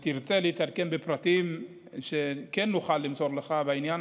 אם תרצה להתעדכן בפרטים שכן נוכל למסור לך בעניין